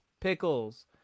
pickles